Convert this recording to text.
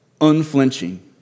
unflinching